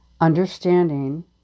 Understanding